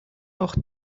noch